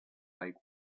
like